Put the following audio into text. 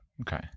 Okay